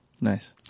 nice